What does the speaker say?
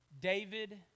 David